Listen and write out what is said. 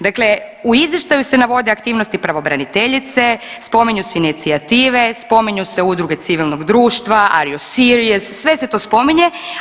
Dakle, u izvještaju se navode aktivnosti pravobraniteljice, spominju se inicijative, spominju se udruge civilnog društva Are yuo syrious, sve se to spominje.